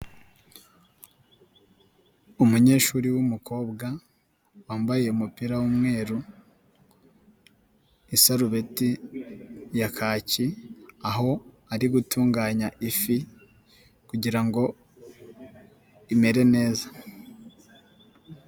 Umunyeshuri w'umukobwa wambaye umupira w'umweru, isarubeti ya kaki, aho ari gutunganya ifi kugira ngo imere neza.